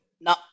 No